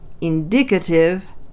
indicative